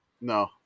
no